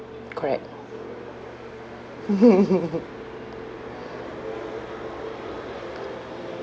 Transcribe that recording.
correct